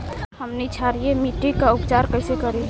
हमनी क्षारीय मिट्टी क उपचार कइसे करी?